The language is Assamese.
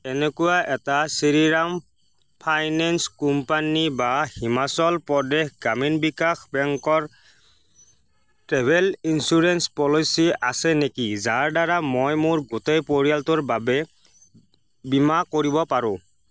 এনেকুৱা এটা শ্ৰীৰাম ফাইনেন্স কোম্পানী বা হিমাচল প্ৰদেশ গ্ৰামীণ বিকাশ বেংকৰ ট্ৰেভেল ইঞ্চুৰেন্স পলিচী আছে নেকি যাৰদ্বাৰা মই মোৰ গোটেই পৰিয়ালটোৰ বাবে বীমা কৰিব পাৰোঁ